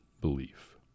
belief